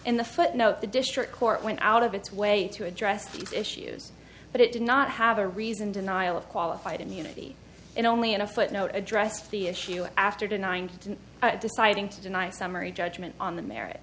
in the footnote the district court went out of its way to address these issues but it did not have a reason denial of qualified immunity and only in a footnote addressed the issue after denying to deciding to deny summary judgment on the merit